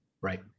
Right